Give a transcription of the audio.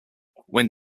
when